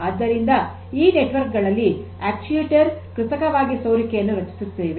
ಆದ್ದರಿಂದ ಈ ನೆಟ್ವರ್ಕ್ ಗಳಲ್ಲಿ ಅಕ್ಟುಯೆಟರ್ ಕೃತಕವಾಗಿ ಸೋರಿಕೆಯನ್ನು ರಚಿಸುತ್ತೇವೆ